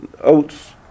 oats